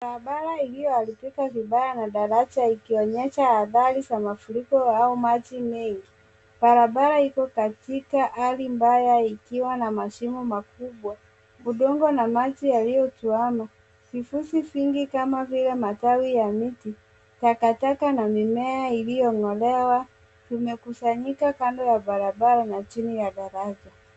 Barabara iliyoharibika vibaya na daraja ikionyesha athari ya mafuriko au maji mengi. Barabara iko katika hali mbaya ikiwa na mashimo makubwa. Udongo na maji yaliyotuama. Vifusi vingi kama vile matawi ya miti, takataka na mimea iliyongolewa vimekusanyika kando ya barabara na chini ya daraja.